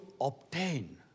obtain